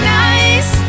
nice